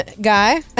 guy